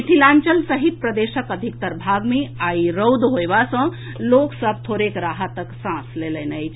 मिथिलाचंल सहित प्रदेशक अधिकतर भाग मे आइ रौद होएबा सॅ लोक सभ थोड़ेक राहतक सांस लेलनि अछि